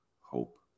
hope